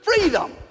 freedom